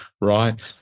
right